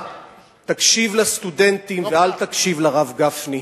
תקשיב לסטודנטים ואל תקשיב לרב גפני.